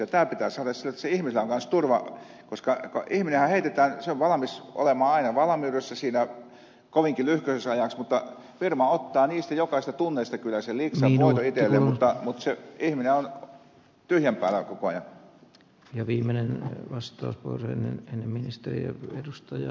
tämä pitää saada sillä tavalla että sillä ihmisellä on myös turva koska ihminenhän heitetään se on valmis olemaan aina valmiudessa siinä kovinkin lyhkäseksi ajaksi firma ottaa niistä jokaisesta tunnista kyllä sen liksan voiton itselleen mutta se ihminen on tyhjän päällä koko ajan